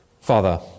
Father